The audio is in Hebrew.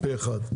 עבר פה אחד.